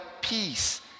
peace